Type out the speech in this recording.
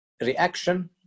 reaction